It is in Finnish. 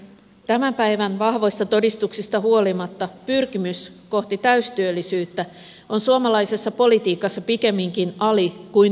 tämän päivän vahvoista todistuksista huolimatta pyrkimys kohti täystyöllisyyttä on suomalaisessa politiikassa pikemminkin ali kuin yliarvostettua